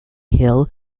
hill